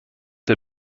der